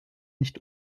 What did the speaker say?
nicht